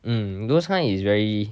mm those kind is very